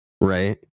right